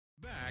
Back